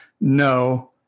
no